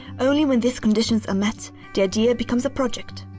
only when these conditions are met, the idea becomes a project.